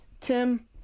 Tim